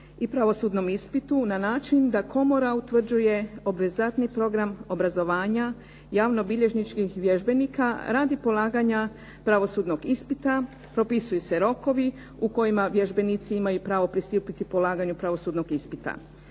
i pravosudnom ispitu na način da komora utvrđuje obvezatni program obrazovanja, javnobilježničkih vježbenika radi polaganja pravosudnog ispita, propisuju se rokovi u kojima vježbenici imaju pravo pristupiti polaganju pravosudnog ispita.